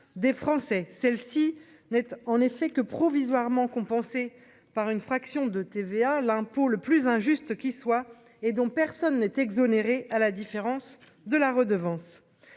des Français, celle-ci n'est en effet que provisoirement, compensée par une fraction de TVA, l'impôt le plus injuste qui soit, et dont personne n'est exonéré, à la différence de la redevance